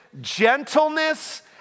gentleness